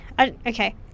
Okay